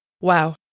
Wow